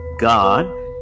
God